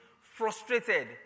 frustrated